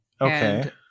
okay